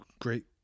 great